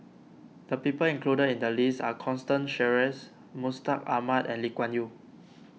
the people included in the list are Constance Sheares Mustaq Ahmad and Lee Kuan Yew